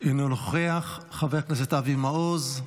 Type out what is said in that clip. אינו נוכח, חבר הכנסת אבי מעוז,